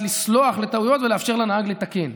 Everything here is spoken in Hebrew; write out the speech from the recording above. "לסלוח" על טעויות ולאפשר לנהג לתקן.